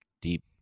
deep